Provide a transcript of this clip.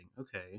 okay